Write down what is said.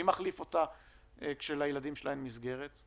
מי מחליף אותה כשלילדים שלה אין מסגרת?